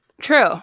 True